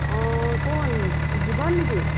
অঁ কোন জীৱন নেকি